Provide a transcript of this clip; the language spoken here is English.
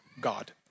God